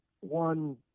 one